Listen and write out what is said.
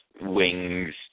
wings